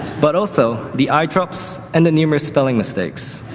but also the eye drops and the numerous spelling mistakes.